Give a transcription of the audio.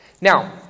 Now